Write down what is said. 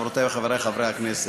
חברותי וחברי חברי הכנסת,